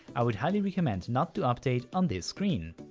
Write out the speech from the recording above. i would highly recommend not to update on this screen.